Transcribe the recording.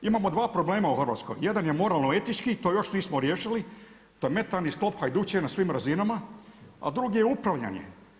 Imamo dva problema u Hrvatskoj, jedan je moralno etički i to još nismo riješili taj mentalni sklop hajdučina na svim razinama, a drugi je upravljanje.